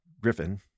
Griffin